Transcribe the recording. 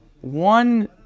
one